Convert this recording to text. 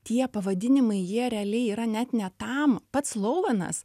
tie pavadinimai jie realiai yra net ne tam pats louvenas